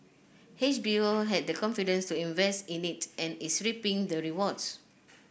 H B O had the confidence to invest in it and is reaping the rewards